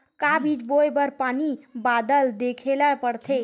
का बीज बोय बर पानी बादल देखेला पड़थे?